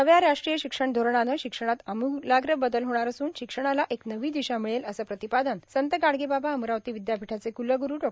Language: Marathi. नव्या राष्ट्रीय शिक्षण धोरणाने शिक्षणात आमुलाग्र बदल होणार असुन शिक्षणाला एक नवी दिशा मिळेल असं प्रतिपादन संत गाडगेबाबा अमरावती विदयापीठाचे कुलग्रू डॉ